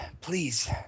Please